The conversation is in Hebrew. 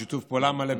בשיתוף פעולה מלא,